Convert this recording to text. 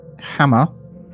hammer